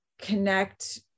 connect